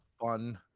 fun